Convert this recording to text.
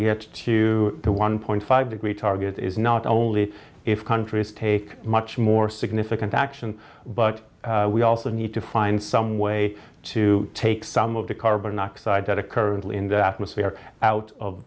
get to the one point five degree target is not only if countries take much more significant action but we also need to find some way to take some of the carbon dioxide that are currently in the atmosphere out of